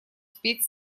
спеть